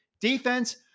Defense